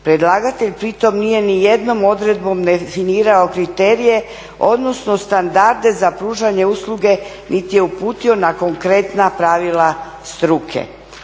Predlagatelj pri tom nije ni jednom odredbom definirao kriterije, odnosno standarde za pružanje usluge niti je uputio na konkretna pravila struke.